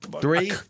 Three